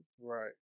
Right